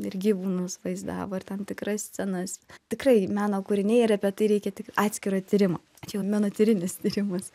ir gyvūnus vaizdavo ir tam tikras scenas tikrai meno kūriniai ir apie tai reikia tik atskiro tyrimo čia jau menotyrinis tyrimas